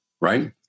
right